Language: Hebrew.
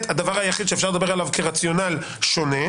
הדבר היחיד שאפשר לדבר עליו כרציונל שונה,